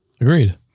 Agreed